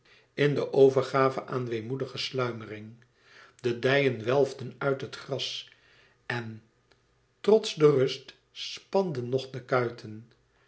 in de overgave aan weemoedige sluimering de dijen welfden uit het gras en trots de rust spanden ng de kuiten